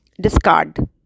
Discard